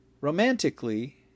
Romantically